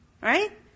right